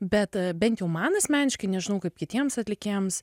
bet bent jau man asmeniškai nežinau kaip kitiems atlikėjams